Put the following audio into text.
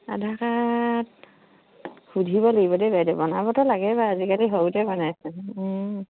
আধাৰ card সুধিব লাগিব দেই বাইদেউ বনাবতো লাগে বাৰু আজিকালি সৰুতে বনাইছে